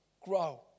grow